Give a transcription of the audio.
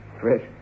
fresh